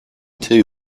two